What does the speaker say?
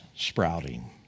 sprouting